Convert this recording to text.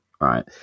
right